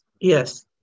Yes